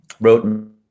wrote